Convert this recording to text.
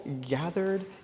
gathered